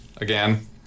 again